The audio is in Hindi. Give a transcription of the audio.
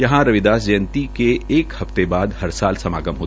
यहां रविदास जयंती के एक हफ्ते बाद हर साल समागम होता है